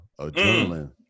adrenaline